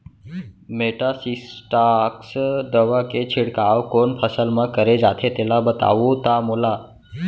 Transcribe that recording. Metasystox दवा के छिड़काव कोन फसल म करे जाथे तेला बताओ त मोला?